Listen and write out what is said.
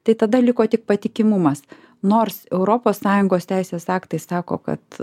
tai tada liko tik patikimumas nors europos sąjungos teisės aktai sako kad